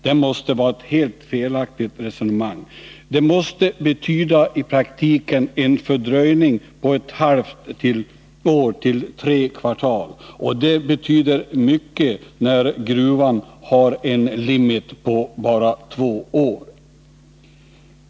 Det måste vara ett helt felaktigt resonemang och i praktiken betyda en fördröjning på mellan ett halvt år och tre kvartal, och det är mycket när gruvan har en limit på bara två år.